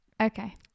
Okay